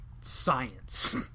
science